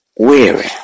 weary